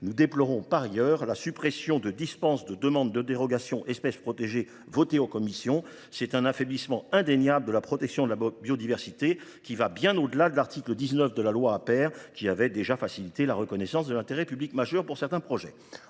Nous déplorons, par ailleurs, la suppression de dispenses de demandes de dérogations « espèces protégées » votées en commission. Il s’agit d’un affaiblissement indéniable de la protection de la biodiversité qui va bien au delà de l’article 19 de la loi Aper, laquelle avait déjà facilité la reconnaissance de l’intérêt public majeur pour certains projets.